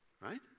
Right